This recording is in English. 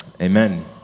Amen